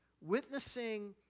Witnessing